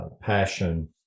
passion